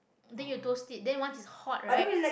then you toast it then once it's hot right